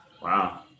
wow